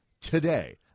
today